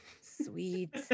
sweet